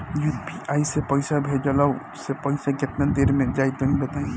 UPI से पईसा भेजलाऽ से पईसा केतना देर मे जाई तनि बताई?